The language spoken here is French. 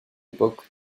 époque